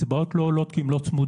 הקצבאות לא עולות כי הן לא צמודות,